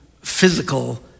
physical